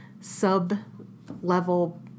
sub-level